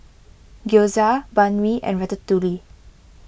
Gyoza Banh Mi and Ratatouille